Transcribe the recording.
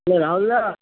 কে Rahul দা